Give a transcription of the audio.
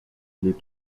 les